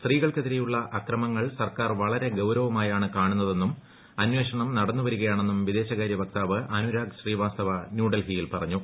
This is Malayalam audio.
സ്ത്രീകൾക്കെതിരെയുള്ള അക്രമങ്ങൾ സർക്കാർ വളരെ ഗൌരവമായാണ് കാണുന്നതെന്നും അന്വേഷണം നടന്നു വരികയാണെന്നും വിദേശ കാര്യ വക്താവ് അനുരാഗ് ശ്രീവാസ്തവ ന്യൂഡൽഹിയിൽ പറഞ്ഞു